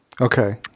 Okay